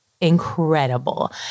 incredible